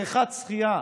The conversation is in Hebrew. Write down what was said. בריכת שחייה,